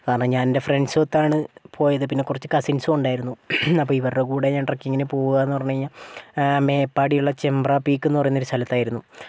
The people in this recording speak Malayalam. കാരണം ഞാൻ എൻ്റെ ഫ്രണ്ട്സും ഒത്താണ് പോയത് പിന്നേ കുറച്ച് കസിൻസും ഉണ്ടായിരുന്നു അപ്പോൾ ഇവരുടെ കൂടേ ഞാൻ ട്രക്കിങ്ങിന് പോവുക എന്ന് പറഞ്ഞ് കഴിഞ്ഞാൽ മേപ്പാടിയുള്ള ചെമ്പ്ര പീക്ക് എന്ന് പറയുന്നൊരു സ്ഥലത്ത് ആയിരുന്നു